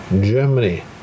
Germany